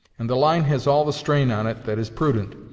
and the line has all the strain on it that is prudent,